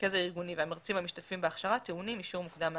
המרכז הארגוני והמרצים המשתתפים בהכשרה טעונים אישור מוקדם מהרשם.